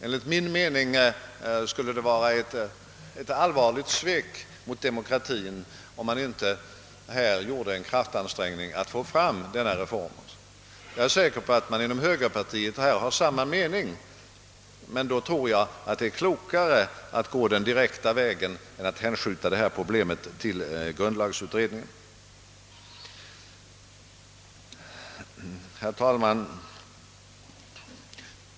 Enligt min mening skulle det vara ett allvarligt svek mot demokratien, om man inte gjorde en kraftansträngning att få fram denna reform. Jag är säker på att uppfattningen är densamma inom högerpartiet, men jag tror att det är klokare att gå den direkta vägen än att hänskjuta detta problem till grundlagberedningen. Herr talman!